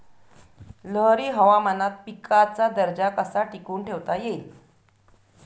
लहरी हवामानात पिकाचा दर्जा कसा टिकवून ठेवता येईल?